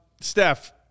Steph